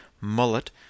Mullet